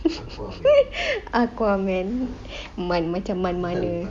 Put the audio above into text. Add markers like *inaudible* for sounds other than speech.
*laughs* aquaman *breath* man macam mana